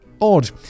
odd